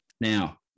Now